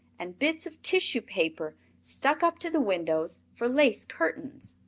and bits of tissue paper stuck up to the windows for lace curtains.